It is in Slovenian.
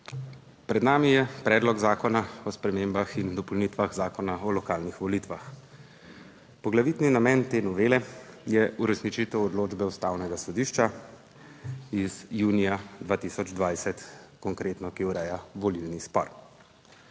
Pred nami je Predlog zakona o spremembah in dopolnitvah Zakona o lokalnih volitvah. Poglavitni namen te novele je uresničitev odločbe Ustavnega sodišča iz junija 2020 konkretno, ki ureja volilni spor.